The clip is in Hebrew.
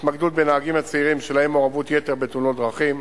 התמקדות בנהגים הצעירים שלהם מעורבות יתר בתאונות דרכים,